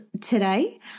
today